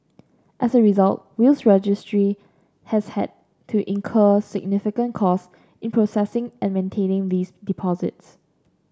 as a result Wills Registry has had to incur significant cost in processing and maintaining these deposits